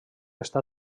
està